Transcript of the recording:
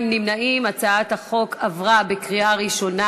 התשע"ד 2014,